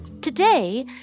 Today